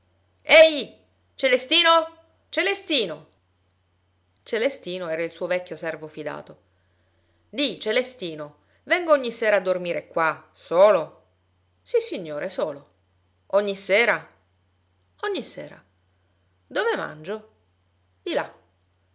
ehi celestino celestino celestino era il suo vecchio servo fidato di celestino vengo ogni sera a dormire qua solo sissignore solo ogni sera ogni sera dove mangio di là